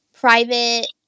private